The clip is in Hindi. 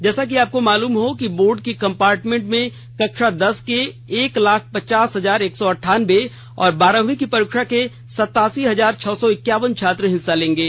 जैसा कि आपको मालूम हो कि बोर्ड की कंपार्टमेंट में कक्षा दस के एक लाख पचास हजार एा सौ अठांनबे और बारहवीं की परीक्षा के सतासी हजार छह सौ इकावन छात्र हिस्सा लेंगे